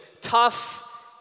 tough